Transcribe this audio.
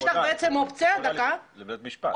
היא יכולה לפנות לבית משפט.